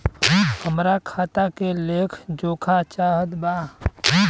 हमरा खाता के लेख जोखा चाहत बा?